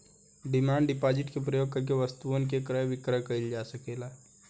demand deposit के प्रयोग करके वस्तुअन के क्रय विक्रय कईल जा सकेला